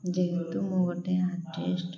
ଯେହେତୁ ମୁଁ ଗୋଟେ ଆର୍ଟିଷ୍ଟ